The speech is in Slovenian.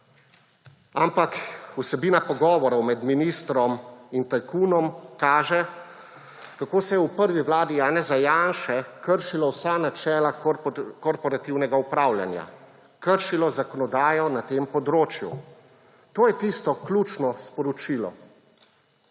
ampak vsebina pogovorov med ministrom in tajkunom kaže, kako se je v prvi vladi Janeza Janše kršilo vsa načela korporativnega upravljanja, kršilo zakonodajo na tem področju. To je tisto ključno sporočilo.